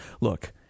look